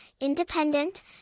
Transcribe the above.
independent